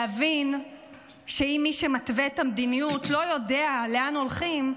להבין שאם מי שמתווה את המדיניות לא יודע לאן הולכים,